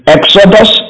Exodus